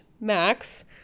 Max